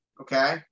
okay